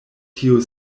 tiu